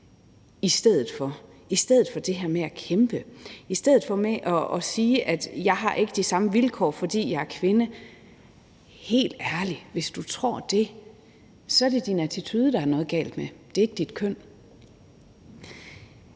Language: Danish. i stedet for at kæmpe. I stedet for at kæmpe siger man: Jeg har ikke de samme vilkår, fordi jeg er kvinde – helt ærligt, hvis du tror det, så er det din attitude, der er noget galt med; det er ikke dit køn.